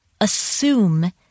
assume